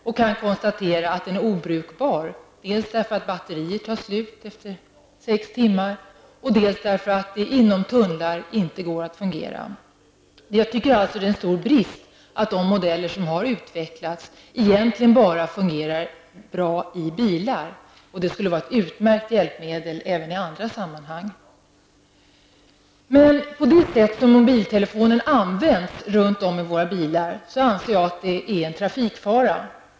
Jag kan konstatera att den då ofta är obrukbar, dels därför att batteriet tar slut efter sex timmar, dels därför att den inte fungerar i tunnlar. Det är enligt min uppfattning en stor brist att de modeller som har utvecklats egentligen bara fungerar bra i bilar. Detta skulle ju vara ett utmärkt hjälpmedel även i andra sammanhang. Jag anser emellertid att mobiltelefonen, på det sätt som den används i bilar, är en trafikfara.